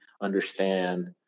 understand